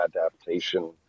adaptation